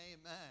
Amen